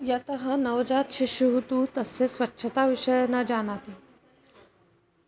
यतः नवजातशिशुः तु तस्य स्वच्छताविषये न जानाति